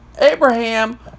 Abraham